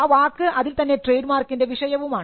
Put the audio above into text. ആ വാക്ക് അതിൽ തന്നെ ട്രേഡ് മാർക്കിൻറെ വിഷയമാണ്